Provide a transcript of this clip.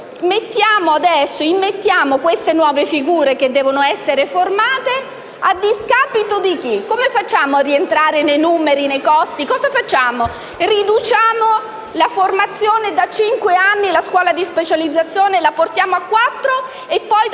immettiamo nuove figure che devono essere formate, ma a discapito di chi? Come facciamo a rientrare nei numeri, nei costi? Riduciamo la formazione, portando la scuola di specializzazione da cinque a quattro anni e magari